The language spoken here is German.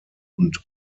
und